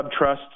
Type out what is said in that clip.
subtrusts